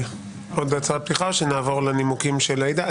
עוד הצעת פתיחה או שנעבור לנימוקים של עאידה?